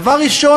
דבר ראשון,